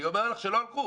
אני אומר לך שלא הלכו.